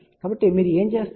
కాబట్టి మీరు ఏమి చేస్తారు